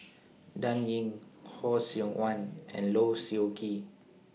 Dan Ying Khoo Seok Wan and Low Siew Nghee